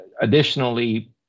Additionally